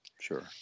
sure